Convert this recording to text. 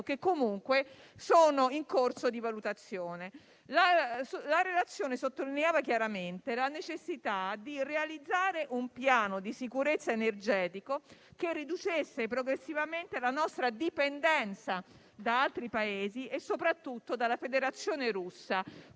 che comunque sono in corso di valutazione. La relazione sottolineava chiaramente la necessità di realizzare un piano di sicurezza energetico che riducesse progressivamente la nostra dipendenza da altri Paesi e soprattutto dalla Federazione russa,